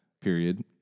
Period